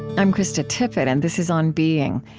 i'm krista tippett, and this is on being.